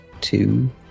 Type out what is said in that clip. two